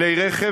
כלי רכב.